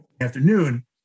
afternoon